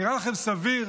נראה לכם סביר?